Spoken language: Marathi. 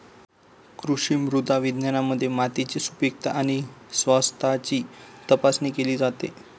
कृषी मृदा विज्ञानामध्ये मातीची सुपीकता आणि स्वास्थ्याची तपासणी केली जाते